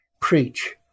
preach